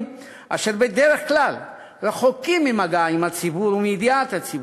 אשר בדרך כלל רחוקים ממגע עם הציבור ומידיעת הציבור,